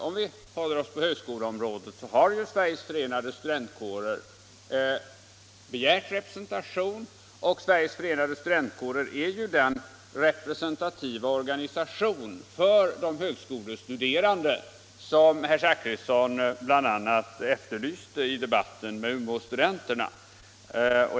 Om vi håller oss på högskoleområdet så har Sveriges förenade studentkårer be 2 gärt representation, och Sveriges förenade studentkårer är ju den representativa organisation för de högskolestuderande som herr Zachrisson bl.a. efterlyste i debatten med Umeåstudenterna.